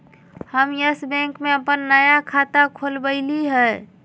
हम Yes Bank में अप्पन नया खाता खोलबईलि ह